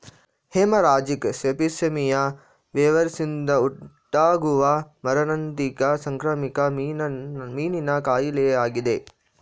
haemorrhagic septicaemia ವೈರಸ್ನಿಂದ ಉಂಟಾಗುವ ಮಾರಣಾಂತಿಕ ಸಾಂಕ್ರಾಮಿಕ ಮೀನಿನ ಕಾಯಿಲೆಯಾಗಿದೆ